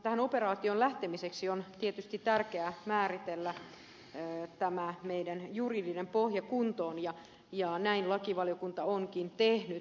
tähän operaatioon lähtemiseksi on tietysti tärkeää määritellä tämä meidän juridinen pohja kuntoon ja näin lakivaliokunta onkin tehnyt